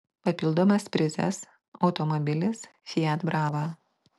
papildomas prizas automobilis fiat brava